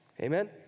Amen